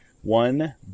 One